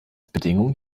bedingung